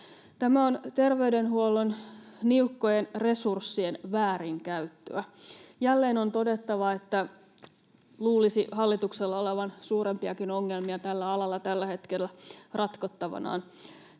Tämä on terveydenhuollon niukkojen resurssien väärinkäyttöä. Jälleen on todettava, että luulisi hallituksella olevan suurempiakin ongelmia tällä alalla tällä hetkellä ratkottavanaan.